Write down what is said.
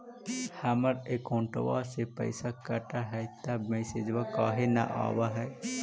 हमर अकौंटवा से पैसा कट हई त मैसेजवा काहे न आव है?